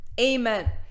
Amen